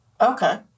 Okay